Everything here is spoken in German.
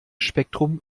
spektrum